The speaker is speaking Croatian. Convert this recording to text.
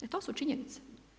I to su činjenice.